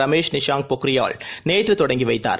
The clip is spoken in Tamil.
ரமேஷ் நிஷாங்க் பொக்ரியால் நேற்றுதொடங்கிவைத்தார்